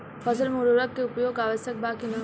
फसल में उर्वरक के उपयोग आवश्यक बा कि न?